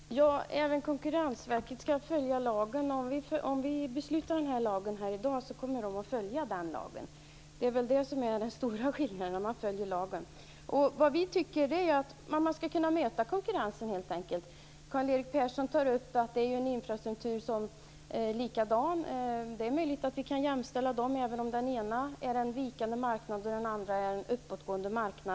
Herr talman! Även Konkurrensverket skall följa lagen. Om vi beslutar om den här lagen i dag kommer verket att följa den. Det är det som är den stora skillnaden: Man följer lagen. Vi socialdemokrater tycker att man helt enkelt skall kunna möta konkurrensen. Karl-Erik Persson tar upp frågan om att detta är likadana infrastrukturer. Det är möjligt att man kan jämställa dessa två saker, även om den ena är en vikande marknad och den andra en uppåtgående.